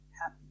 happy